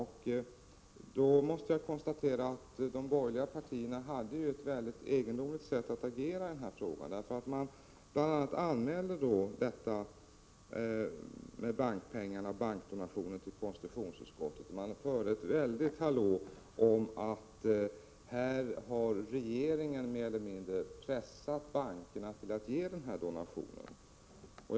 Jag vill konstatera att de borgerliga partierna hade ett mycket egendomligt sätt att agera i den frågan. Bl. a. anmälde ni förfarandet vad gäller bankmiljonerna till konstitutionsutskottet och förde ett väldigt hallå och anförde att regeringen mer eller mindre pressat bankerna till att ge dessa donationer.